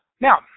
Now